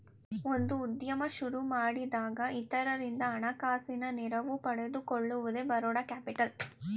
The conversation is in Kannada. ಒಂದು ಉದ್ಯಮ ಸುರುಮಾಡಿಯಾಗ ಇತರರಿಂದ ಹಣಕಾಸಿನ ನೆರವು ಪಡೆದುಕೊಳ್ಳುವುದೇ ಬರೋಡ ಕ್ಯಾಪಿಟಲ್